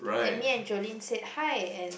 and me and Jolene said hi and